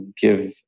give